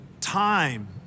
time